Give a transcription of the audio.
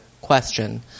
Question